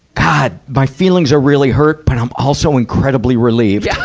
god, my feelings are really hurt, but i'm also incredibly relieved.